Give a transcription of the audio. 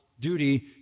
duty